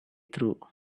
through